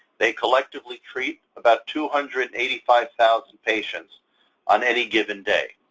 they collectively treat about two hundred and eighty five thousand patients on any given day.